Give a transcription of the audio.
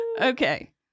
Okay